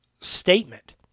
statement